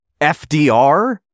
FDR